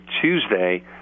Tuesday